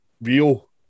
real